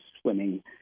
swimming